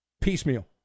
piecemeal